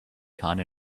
kind